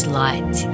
light